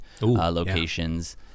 locations